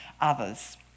others